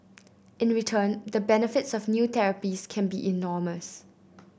in return the benefits of new therapies can be enormous